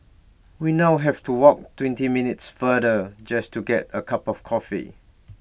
we now have to walk twenty minutes farther just to get A cup of coffee